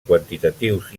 quantitatius